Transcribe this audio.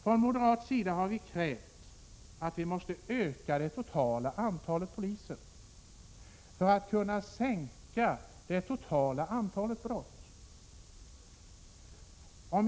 Från moderat sida har vi krävt att det totala antalet poliser måste öka för att det totala antalet brott skall kunna minskas.